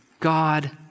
God